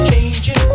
Changing